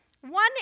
one